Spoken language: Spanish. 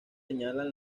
señalan